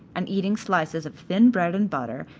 and eating slices of thin bread and butter,